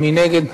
ומי נגד?